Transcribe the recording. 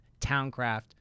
towncraft